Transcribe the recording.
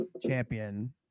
champion